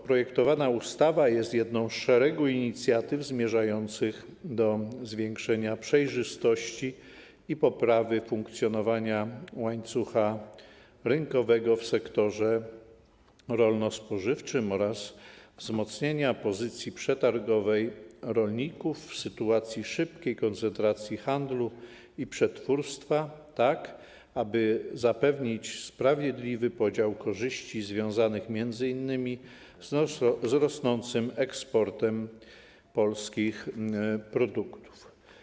Projektowana ustawa jest jedną z szeregu inicjatyw zmierzających do zwiększenia przejrzystości i poprawy funkcjonowania łańcucha rynkowego w sektorze rolno-spożywczym oraz wzmocnienia pozycji przetargowej rolników w sytuacji szybkiej koncentracji handlu i przetwórstwa tak, aby zapewnić sprawiedliwy podział korzyści związanych m.in. z rosnącym eksportem polskich produktów.